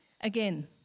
Again